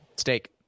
Steak